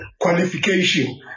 qualification